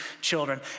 children